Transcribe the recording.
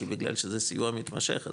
כי בגלל שזה סיוע מתמשך,